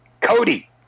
Cody